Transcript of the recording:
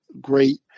great